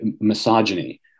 misogyny